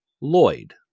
Lloyd